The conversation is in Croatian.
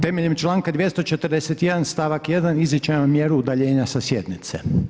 Temeljem članka 241. stavak 1. izričem vam mjeru udaljenja sa sjednice.